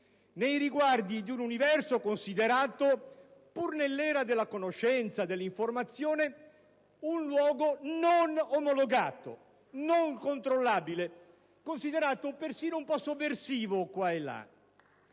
nei riguardi di un universo considerato, pur nell'era della conoscenza e dell'informazione, un luogo non omologato, non controllabile, persino un po' sovversivo, qua e là.